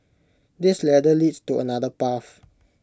this ladder leads to another path